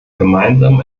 gemeinsamen